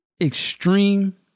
extreme